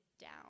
down